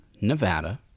Nevada